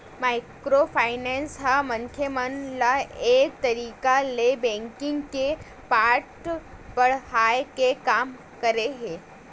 micro finance ह मनखे मन ल एक तरिका ले बेंकिग के पाठ पड़हाय के काम करे हे